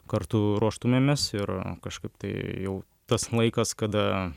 kartu ruoštumėmės ir kažkaip tai jau tas laikas kada